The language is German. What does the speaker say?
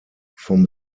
vom